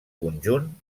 conjunt